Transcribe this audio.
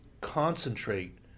concentrate